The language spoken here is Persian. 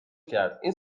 کرد، این